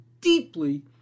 deeply